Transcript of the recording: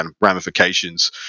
ramifications